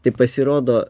tai pasirodo